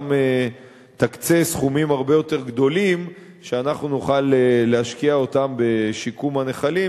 תקצה סכומים הרבה יותר גדולים שאנחנו נוכל להשקיע בשיקום הנחלים,